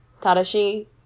Tadashi